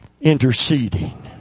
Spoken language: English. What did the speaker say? Interceding